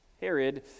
Herod